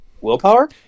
willpower